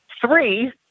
Three